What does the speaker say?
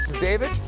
David